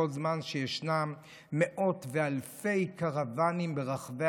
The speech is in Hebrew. כל זמן שישנם מאות ואלפי קרוונים ברחבי